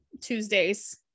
Tuesdays